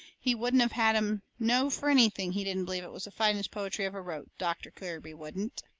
he wouldn't of had em know fur anything he didn't believe it was the finest poetry ever wrote, doctor kirby wouldn't.